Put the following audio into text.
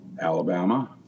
Alabama